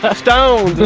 but stone.